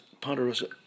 Ponderosa